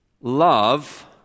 love